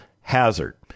hazard